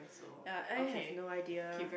ya I have no idea